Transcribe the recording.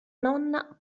nonna